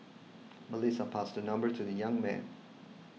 Melissa passed her number to the young man